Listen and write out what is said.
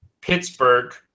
Pittsburgh